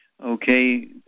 Okay